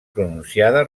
pronunciada